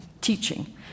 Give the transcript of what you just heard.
teaching